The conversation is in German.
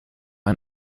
ein